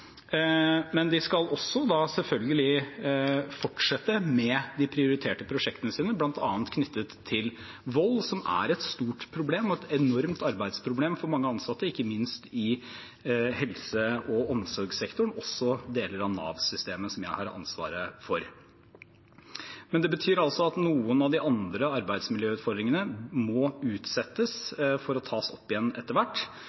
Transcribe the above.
Men de skal selvfølgelig fortsette med de prioriterte prosjektene sine, bl.a. knyttet til vold, som er et stort problem. Det er et enormt arbeidsproblem for mange ansatte, ikke minst i helse- og omsorgssektoren og i deler av Nav-systemet, som jeg har ansvaret for. Men det betyr altså at noen av de andre arbeidsmiljøutfordringene må utsettes for å tas opp igjen etter hvert.